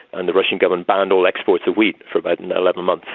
and the russian government banned all exports of wheat for about and eleven months,